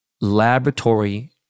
Laboratory